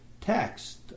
text